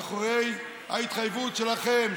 מאחורי ההתחייבות שלכם,